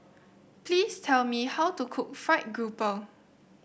please tell me how to cook fried grouper